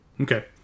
Okay